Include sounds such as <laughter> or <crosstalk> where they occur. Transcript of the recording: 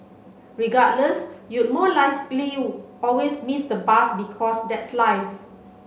regardless you'd more <unintelligible> always miss the bus because that's life